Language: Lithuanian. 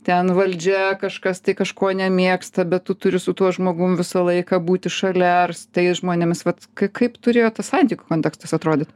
ten valdžia kažkas tai kažko nemėgsta bet tu turi su tuo žmogum visą laiką būti šalia ar tais žmonimis vat ka kaip turėjo tas santykių kontekstas atrodyt